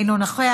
אינו נוכח,